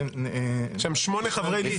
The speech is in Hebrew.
יש שם שמונה חברי ליכוד.